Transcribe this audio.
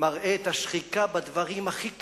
מראה את השחיקה בדברים הכי קטנים,